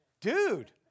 dude